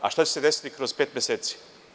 A šta će se desiti kroz pet meseci?